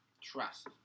Trust